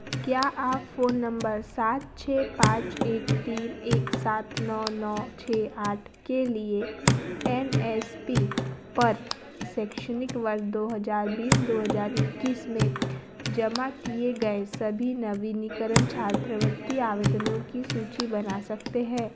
क्या आप phone number सात छः पाँच एक तीन एक सात नौ नौ छः आठ के लिए एन एस पी पर शैक्षणिक वर्ष दो हज़ार बीस दो हजार ईक्कीस में जमा किए गए सभी नवीनीकरण छात्रवृत्ति आवेदनों की सूची बना सकते हैं